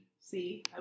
See